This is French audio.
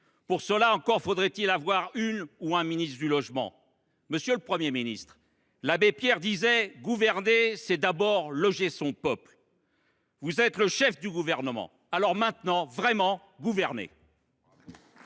Pour cela, encore faudrait il avoir une ou un ministre du logement. Monsieur le Premier ministre, l’abbé Pierre disait :« Gouverner, c’est d’abord loger son peuple. » Vous êtes le chef du Gouvernement : alors maintenant, vraiment, gouvernez